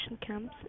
camps